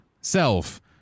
Self